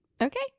Okay